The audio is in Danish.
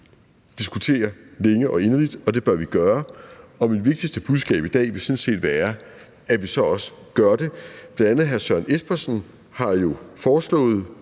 diskutere længe og inderligt, og det bør vi gøre, og mit vigtigste budskab i dag vil sådan set være, at vi så også gør det. Bl.a. hr. Søren Espersen har jo foreslået,